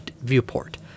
viewport